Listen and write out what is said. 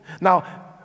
Now